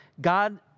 God